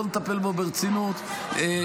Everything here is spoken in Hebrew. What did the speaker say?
בואו נטפל בו ברצינות -- הנושא